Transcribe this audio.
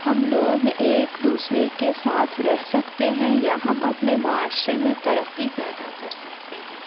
ہم لوگ ایک دوسرے کے ساتھ رہ سکتے ہیں یا ہم اپنے معاشرے میں ترقی پیدا کر سکتے ہیں